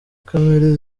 kamere